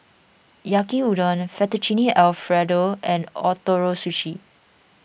Yaki Udon Fettuccine Alfredo and Ootoro Sushi